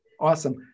Awesome